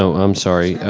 so i'm sorry.